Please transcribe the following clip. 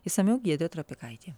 išsamiau giedrė trapikaitė